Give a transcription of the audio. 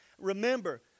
Remember